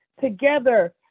together